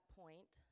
point